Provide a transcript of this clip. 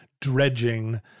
dredging